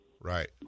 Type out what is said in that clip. Right